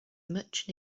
much